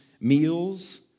meals